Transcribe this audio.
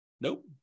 Nope